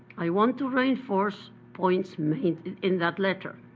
i want to reinforce points made in that letter.